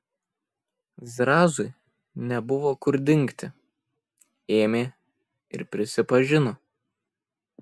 zrazui nebuvo kur dingti ėmė ir prisipažino